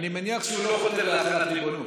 אני מניח שהוא לא חותר להחלת ריבונות.